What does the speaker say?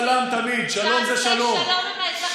תעשה שלום עם האזרחים הערבים,